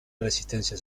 resistencia